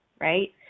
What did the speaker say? right